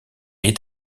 est